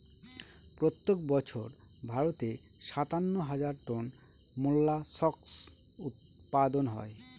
প্রত্যেক বছর ভারতে সাতান্ন হাজার টন মোল্লাসকস উৎপাদন হয়